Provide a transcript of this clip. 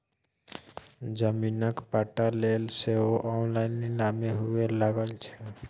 जमीनक पट्टा लेल सेहो ऑनलाइन नीलामी हुअए लागलै